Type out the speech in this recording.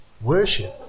worship